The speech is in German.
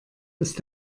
ist